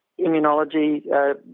Immunology